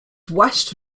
west